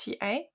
TA